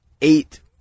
eight